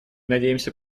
надеемся